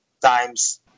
times